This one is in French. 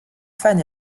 fans